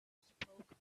spoke